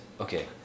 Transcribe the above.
okay